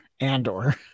Andor